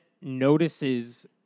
notices